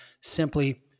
simply